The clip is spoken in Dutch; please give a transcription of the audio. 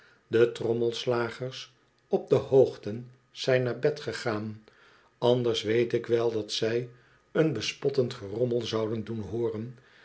de trommelslagers op de hoogten zijn naar bed gegaan anders weet ik wel dat zij een bespottend gerommel zouden doen hooren